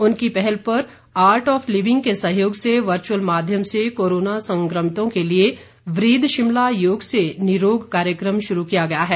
उनकी पहल पर आर्ट ऑफ लिविंग के सहयोग से वर्चअल माध्यम से कोरोना संक्रमितों के लिए ब्रीद शिमला योग से निरोग कार्यकम शुरू किया गया है